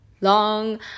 long